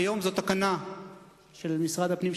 כיום זאת תקנה של משרד הפנים,